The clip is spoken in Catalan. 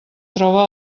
troba